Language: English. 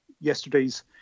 yesterday's